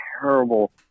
terrible